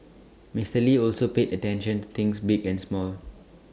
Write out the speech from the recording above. Mister lee also paid attention to things big and small